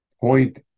point